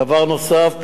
דבר נוסף,